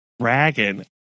Dragon